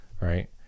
Right